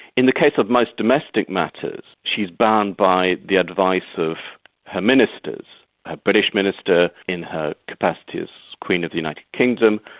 in the case of most domestic matters, she's bound by the advice of her ministers her ah british minister in her capacity as queen of the united kingdom,